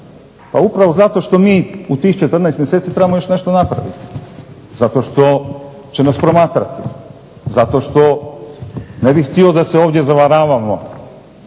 Pa upravo zato što mi u tih 14 mjeseci trebamo još nešto napraviti, zato što će nas promatrati, zato što ne bih htio da se ovdje zavaravamo,